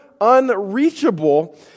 unreachable